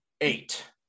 Eight